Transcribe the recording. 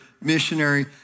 missionary